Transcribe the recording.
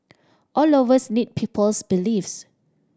all of us need people's beliefs